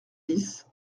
dix